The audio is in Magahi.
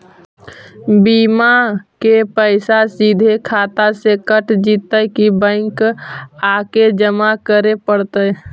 बिमा के पैसा सिधे खाता से कट जितै कि बैंक आके जमा करे पड़तै?